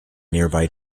nearby